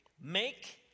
Make